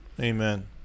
amen